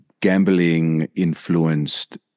Gambling-influenced